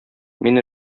мин